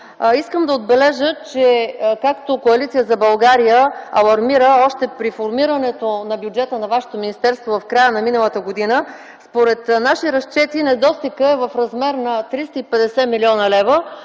Искам да отбележа, че както Коалиция за България алармира още при формирането на бюджета на Вашето министерство в края на миналата година, според наши разчети недостигът е в размер на 350 млн. лв.,